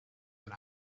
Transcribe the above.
and